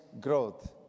growth